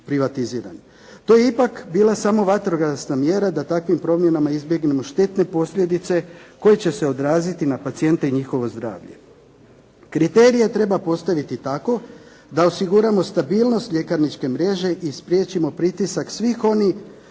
To je ipak bila samo vatrogasna mjera da takvim promjenama izbjegnemo štetne posljedice koje će se odraziti na pacijente i njihovo zdravlje. Kriterije treba postaviti tako da osiguramo stabilnost ljekarničke mreže i spriječimo pritisak svih oni